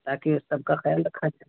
تاکہ اس سب کا خیال رکھا جائے